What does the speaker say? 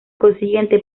consiguiente